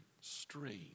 strange